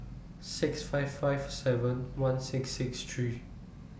six five five seven one six six three